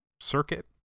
circuit